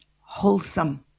Wholesome